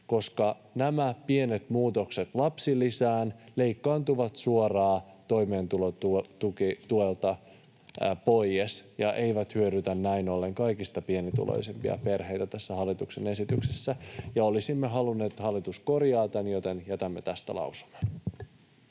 tulo.” Nämä pienet muutokset lapsilisään leikkaantuvat suoraan toimeentulotuelta pois ja eivät hyödytä näin ollen kaikista pienituloisimpia perheitä tässä hallituksen esityksessä, ja olisimme halunneet, että hallitus korjaa tämän, joten jätämme tästä lausuman.